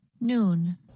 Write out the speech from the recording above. Noon